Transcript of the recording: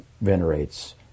venerates